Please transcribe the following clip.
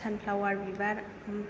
sunflower बिबार